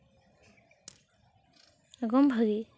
ᱮᱠᱫᱚᱢ ᱵᱷᱟᱹᱜᱤ